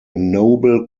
noble